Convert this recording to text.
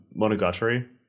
Monogatari